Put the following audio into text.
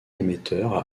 émetteur